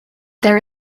there